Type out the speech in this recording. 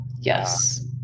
Yes